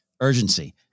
urgency